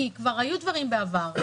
כי כבר היו דברים בעבר.